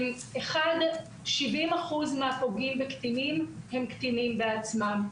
70% מהפוגעים בקטינים הם קטינים בעצמם.